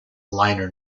liner